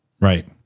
Right